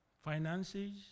finances